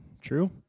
true